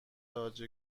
تاج